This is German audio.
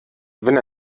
wenn